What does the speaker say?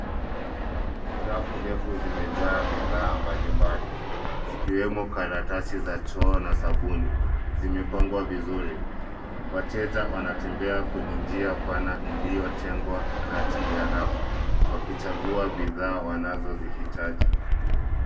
Rafu ndefu zimejaa bidhaa mbalimbali, zikiwemo karatasi za choo na sabuni, zimepangwa vizuri. Wateja wanatembea kwenye njia pana iliotengwa kati ya rafu, wakichagua bidhaa wanazozihitaji.